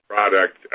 product